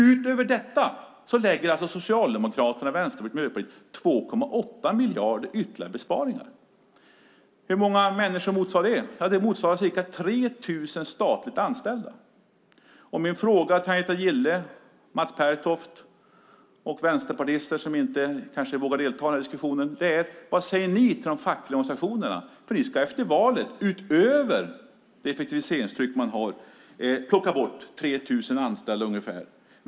Utöver det lägger alltså Socialdemokraterna, Vänsterpartiet och Miljöpartiet fram ett förslag om 2,8 miljarder i besparingar. Hur många människor motsvarar det? Ja, det motsvarar ca 3 000 statligt anställda. Min fråga till Agneta Gille, Mats Pertoft och vänsterpartister som kanske inte vågar delta i den här diskussionen är vad ni säger till de fackliga organisationerna. Efter valet ska ju ni utöver det effektiviseringstryck som redan finns plocka bort ungefär 3 000 anställda.